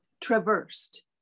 traversed